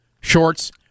shorts